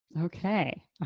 Okay